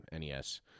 NES